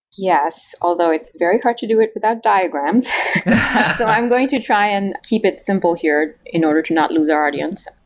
yes, although it's very hard to do it without diagrams. so i'm going to try and keep it simple here in order to not lose our audience.